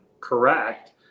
correct